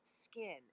skin